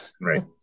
right